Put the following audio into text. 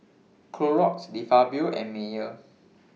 Clorox De Fabio and Mayer